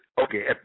okay